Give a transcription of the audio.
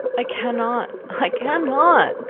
i cannot, i cannot,